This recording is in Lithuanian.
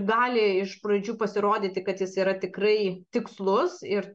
gali iš pradžių pasirodyti kad jis yra tikrai tikslus ir